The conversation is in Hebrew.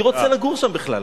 מי רוצה לגור שם בכלל?